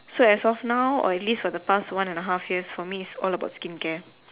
so as of now or at least for the past one and the half year for me is all about skincare